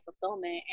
fulfillment